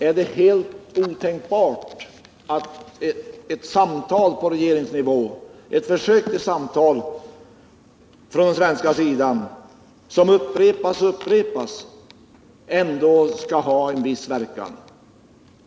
Är det helt otänkbart att försök till samtal på regeringsnivå från svensk sida, som upprepas och upprepas, kan ha en viss verkan?